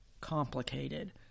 complicated